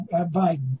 Biden